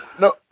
No